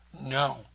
no